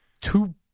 two